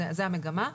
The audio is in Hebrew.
זאת המגמה.